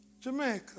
Jamaica